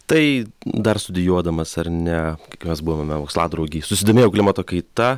tai dar studijuodamas ar ne kai mes buvome moksladraugiai susidomėjau klimato kaita